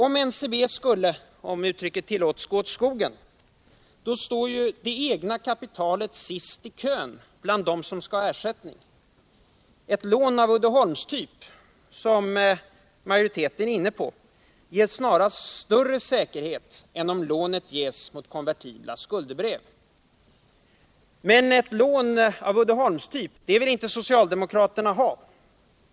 Om NCB skulle —- om uttrycket tillåts — gå åt skogen, står ju det egna kapitalet sist i kön bland dem som skall ha ersättning. Ett lån av Uddeholmstyp, som majoriteten föreslår, ger snarast större säkerhet än om lånet ges mot konvertibla skuldebrev. Men ett lån av Uddeholmstyp vill inte socialdemokraterna ha.